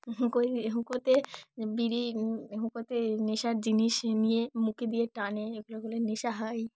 হুঁকোয় হুঁকোতে বিড়ি হুঁকোতে নেশার জিনিস নিয়ে মুখে দিয়ে টানে এগুলো হলে নেশা হয়